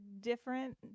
different